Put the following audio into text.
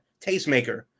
Tastemaker